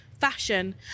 fashion